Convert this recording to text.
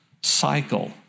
cycle